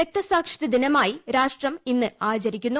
രക്തസാക്ഷിത്വദിനമായി രാഷ്ട്രം ഇന്ന് ആചരിക്കുന്നു